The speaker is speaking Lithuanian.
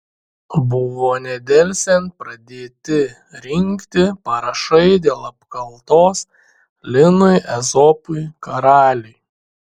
buvo nedelsiant pradėti rinkti parašai dėl apkaltos linui ezopui karaliui